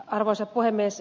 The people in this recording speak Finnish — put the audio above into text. arvoisa puhemies